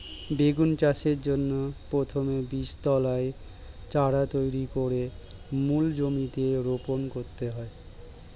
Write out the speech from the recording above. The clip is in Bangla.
বেগুন চাষের জন্য প্রথমে বীজতলায় চারা তৈরি করে মূল জমিতে রোপণ করতে হয়